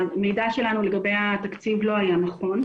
המידע שלנו לגבי התקציב לא היה נכון.